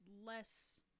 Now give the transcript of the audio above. less